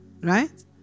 right